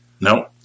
No